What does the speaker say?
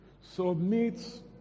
Submit